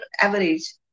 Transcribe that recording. average